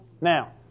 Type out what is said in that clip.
Now